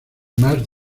más